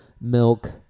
Milk